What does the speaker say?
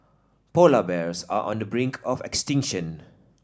polar bears are on the brink of extinction